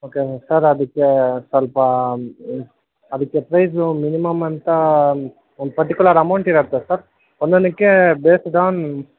okay sir ಅದಕ್ಕೆ ಸ್ವಲ್ಪ ಅದಕ್ಕೆ ಪ್ರೈಸು ಮಿನಿಮಮ್ ಅಂತ ಒಂದು ಪರ್ಟಿಕ್ಯುಲರ್ ಅಮೌಂಟ್ ಇರತ್ತೆ ಸರ್ ಒಂದೊಂದಕ್ಕೆ ಬೇಸ್ಡ್ ಆನ್